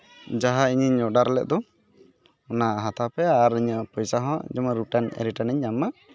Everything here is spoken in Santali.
ᱡᱟᱦᱟᱸ ᱤᱧᱤᱧ ᱚᱰᱟᱨ ᱞᱮᱫ ᱫᱚ ᱚᱱᱟ ᱦᱟᱛᱟᱣ ᱯᱮ ᱟᱨ ᱤᱧᱟᱹᱜ ᱯᱚᱭᱥᱟ ᱦᱚᱸ ᱡᱮᱢᱚᱱ ᱨᱤᱴᱟᱱᱤᱧ ᱧᱟᱢ ᱢᱟ